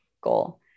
goal